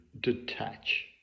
detach